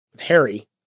Harry